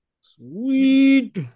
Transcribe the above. Sweet